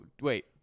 wait